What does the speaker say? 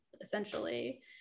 essentially